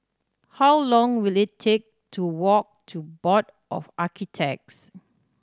how long will it take to walk to Board of Architects